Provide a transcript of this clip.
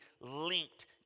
linked